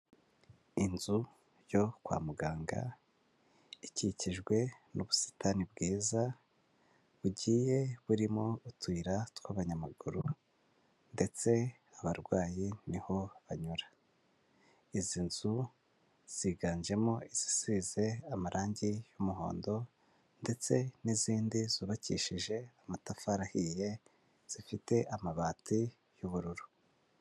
Inzu yo kwa muganga ikikijwe n'ubusitani bwiza, bugiye burimo utuyira tw'abanyamaguru ndetse abarwayi niho banyura, izi nzu ziganjemo izisize amarangi y'umuhondo ndetse n'izindi zubakishije amatafari ahiye zifite amabati y'ubururu.